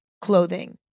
clothing